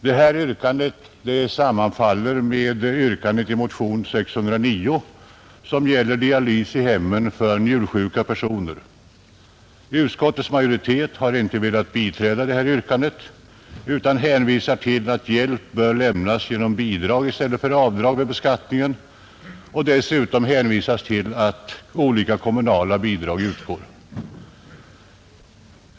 Detta yrkande sammanfaller med yrkandet i motion 609, som gäller dialys i hemmen för njursjuka personer. Utskottets majoritet har inte velat biträda detta yrkande utan hänvisar till att hjälp bör lämnas genom bidrag i stället för avdrag vid beskattningen. Dessutom hänvisas till att olika kommunala bidrag utgår.